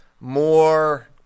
more